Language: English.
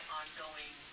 ongoing